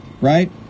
right